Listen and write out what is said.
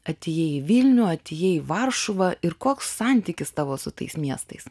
atėjai į vilnių atėjai į varšuvą ir koks santykis tavo su tais miestais